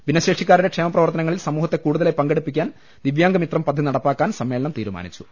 ഭിന്നശേഷി ക്കാരുടെ ക്ഷേമ പ്രവർത്തനങ്ങളിൽ സമൂഹത്തെ കൂടുതലായി പങ്കെടുപ്പിക്കാൻ ദിവ്യാംഗമിത്രം പദ്ധതി നടപ്പാക്കാൻ സമ്മേളനം തീരുമാനിച്ചു